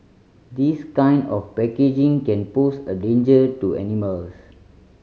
this kind of packaging can pose a danger to animals